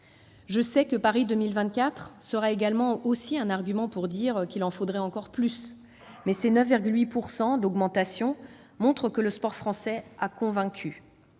Je sais que Paris 2024 est aussi un argument pour dire qu'il en faudrait encore plus, mais ces 9,8 % d'augmentation montrent que le sport français a convaincu.